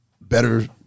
better